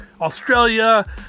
Australia